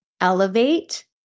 elevate